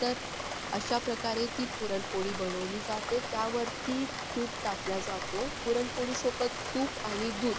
तर अशाप्रकारे ती पुरणपोळी बनवली जाते त्यावरती तूप टाकल्या जातो पुरणपोळी सोबत तूप आणि दूध